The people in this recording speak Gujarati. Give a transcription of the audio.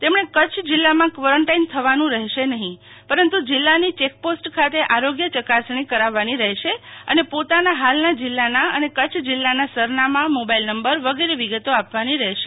તેમણે કચ્છ જિલ્લામાં કવોરેન્ટાઈન થવાનું રહેશે નહિં પરંતુ જિલ્લાની ચેક પોસ્ટ ખાતે આરોગ્ય ચકાસણી કરવવાની રહેશે અને પોતાના હાલના જિલ્લાના અને પોતાના હાલના જિલ્લાના અને કચ્છ જિલ્લાના સરનામા મોબાઈલ નંબર વગેરે વિગતો આપવાની રહેશે